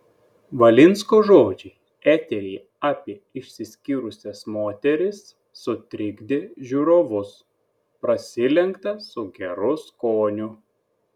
valinsko žodžiai eteryje apie išsiskyrusias moteris sutrikdė žiūrovus prasilenkta su geru skoniu